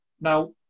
Now